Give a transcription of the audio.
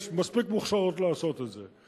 יש מספיק מוכשרות לעשות את זה.